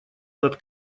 над